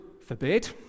forbid